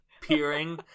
peering